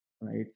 right